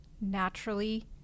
naturally